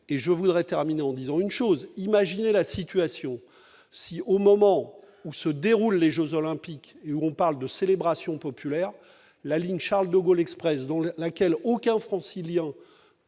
et je voudrais terminer en disant une chose imaginez la situation si au moment où se déroulent les Jeux olympiques et où on parle de célébrations populaires la ligne Charles-de-Gaulle Express donc laquelle aucun en